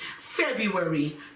February